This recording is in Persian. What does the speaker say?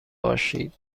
باشید